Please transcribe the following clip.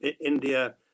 India